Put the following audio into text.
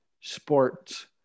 Sports